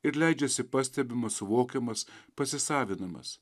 ir leidžiasi pastebimas suvokiamas pasisavinamas